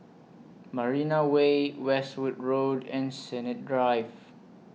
Marina Way Westwood Road and Sennett Drive